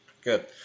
Good